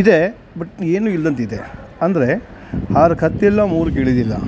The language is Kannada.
ಇದೆ ಬಟ್ ಏನೂ ಇಲ್ಲದಂತಿದೆ ಅಂದರೆ ಆರಕ್ಕೆ ಹತ್ತಿಲ್ಲ ಮೂರಕ್ಕೆ ಇಳಿದಿಲ್ಲ